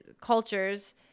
cultures